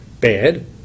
bad